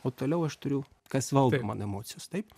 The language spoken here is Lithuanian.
o toliau aš turiu kas valdo mano emocijas taip